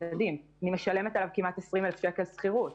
מכיוון שאני משלמת עבורו 20,000 שכירות.